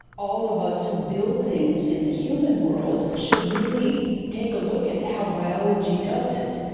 all of us who build things in the human world should really take a look at how biology does it.